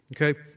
Okay